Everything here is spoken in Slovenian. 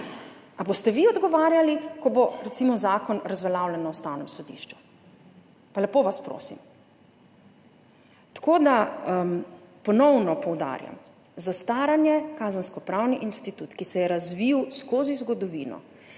Ali boste vi odgovarjali, ko bo recimo zakon razveljavljen na Ustavnem sodišču? Pa lepo vas prosim. Ponovno poudarjam: zastaranje je kazenskopravni institut, ki se je razvil skozi zgodovino,